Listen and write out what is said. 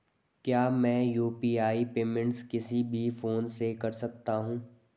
क्या मैं UPI payment किसी भी फोन से कर सकता हूँ?